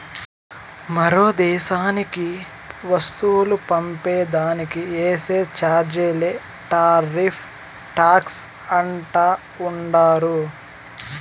మరో దేశానికి వస్తువులు పంపే దానికి ఏసే చార్జీలే టార్రిఫ్ టాక్స్ అంటా ఉండారు